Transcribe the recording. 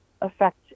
affect